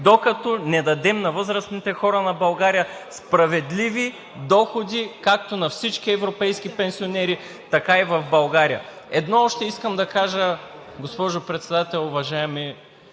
докато не дадем на възрастните хора на България справедливи доходи както на всички европейски пенсионери, така и в България. Едно още искам да кажа, госпожо Председател. Уважаеми